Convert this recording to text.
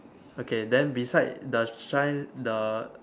okay then beside the shine the